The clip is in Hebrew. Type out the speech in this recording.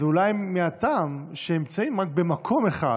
אז זה אולי מהטעם שהם נמצאים רק במקום אחד